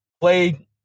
played